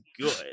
good